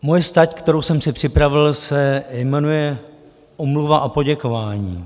Moje stať, kterou jsem si připravil, se jmenuje omluva a poděkování.